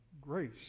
grace